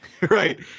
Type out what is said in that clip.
Right